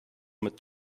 mit